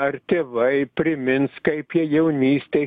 ar tėvai primins kaip jie jaunystėj